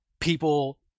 people